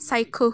চাক্ষুষ